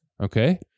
Okay